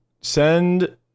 send